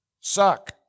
suck